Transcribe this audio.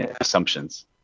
assumptions